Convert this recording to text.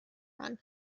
run